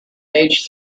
aged